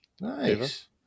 Nice